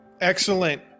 Excellent